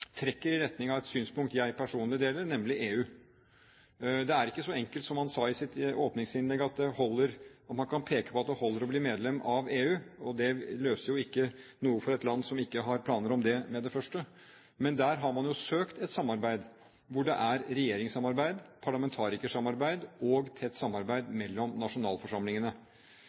trekker i retning av et synspunkt jeg personlig deler, nemlig EU. Det er ikke så enkelt som han sa i sitt åpningsinnlegg, å peke på at det holder å bli medlem av EU. Det løser jo ikke noe for et land som ikke har planer om det med det første. Men der har man jo søkt et samarbeid – det er regjeringssamarbeid, parlamentarikersamarbeid og tett samarbeid mellom nasjonalforsamlingene.